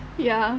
ya